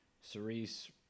Cerise